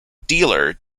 dealer